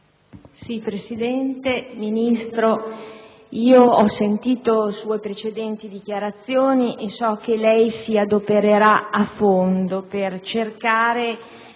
Presidente, Ministro, ho sentito sue precedenti dichiarazioni e so che lei si adopererà a fondo per cercare